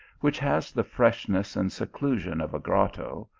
which has the freshness and seclusion of a grotto,